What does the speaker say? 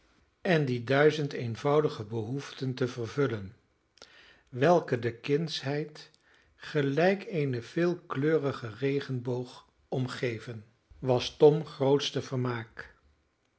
en die duizend eenvoudige behoeften te vervullen welke de kindsheid gelijk een veelkleurigen regenboog omgeven was toms grootste vermaak